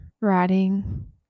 writing